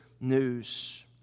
news